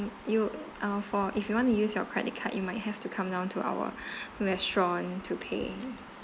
you are for if you want to use your credit card you might have to come down to our restaurant to pay